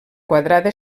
quadrada